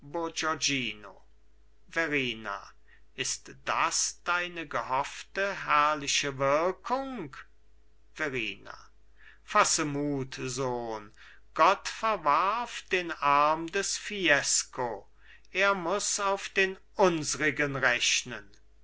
verrina ist das deine gehoffte herrliche wirkung verrina fasse mut sohn gott verwarf den arm des fiesco er muß auf den unsrigen rechnen